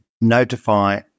notify